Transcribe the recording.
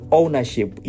ownership